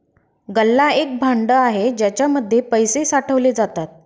गल्ला एक भांड आहे ज्याच्या मध्ये पैसे साठवले जातात